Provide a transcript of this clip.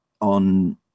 on